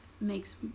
makes